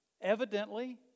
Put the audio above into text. Evidently